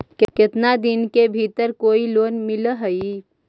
केतना दिन के भीतर कोइ लोन मिल हइ?